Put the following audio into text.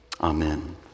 Amen